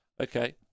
okay